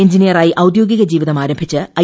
എഞ്ചിനീയറായി ഒദ്യോഗിക ജീവിതം ആരംഭിച്ച് ഐ